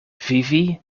vivi